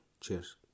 cheers